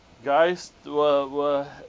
guys were were